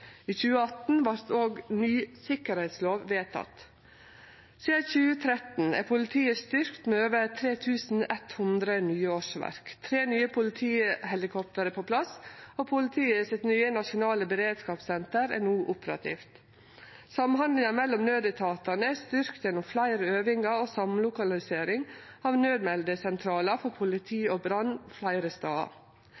I 2018 vart òg ny sikkerheitslov vedteken. Sidan 2013 er politiet styrkt med over 3 100 nye årsverk. Tre nye politihelikopter er på plass, og det nye nasjonale beredskapssenteret til politiet er no operativt. Samhandlinga mellom naudetatane er styrkt gjennom fleire øvingar og samlokalisering av naudmeldesentralar for politi